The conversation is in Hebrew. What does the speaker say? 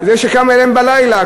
זה שקם אליהם בלילה.